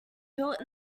built